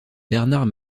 bernard